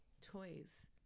toys